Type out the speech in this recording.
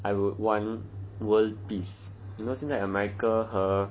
I would want world peace you know 现在 america 和